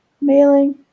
mailing